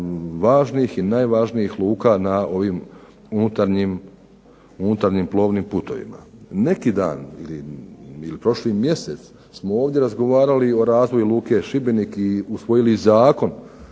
važnih i najvažnijih luka na unutarnjim plovim putovima. Neki dan ili prošli mjesec smo ovdje razgovarali o razvoju luke Šibenik i usvojili zakon